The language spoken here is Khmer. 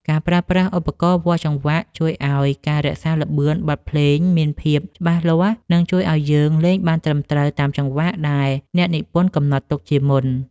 ការប្រើប្រាស់ឧបករណ៍វាស់ចង្វាក់ជួយឱ្យការរក្សាល្បឿនបទភ្លេងមានភាពច្បាស់លាស់ និង ជួយឱ្យយើងលេងបានត្រឹមត្រូវតាមចង្វាក់ដែលអ្នកនិពន្ធកំណត់ទុកជាមុន។